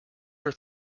your